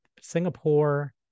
Singapore